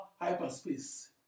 hyperspace